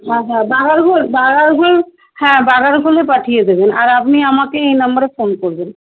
হ্যাঁ হ্যাঁ বাগার খোল বাগার খোল হ্যাঁ বাগার খোলে পাঠিয়ে দেবেন আর আপনি আমাকে এই নম্বরে ফোন করবেন